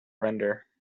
render